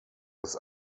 das